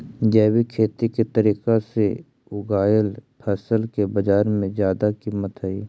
जैविक खेती के तरीका से उगाएल फसल के बाजार में जादा कीमत हई